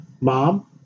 Mom